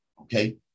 Okay